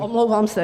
Omlouvám se.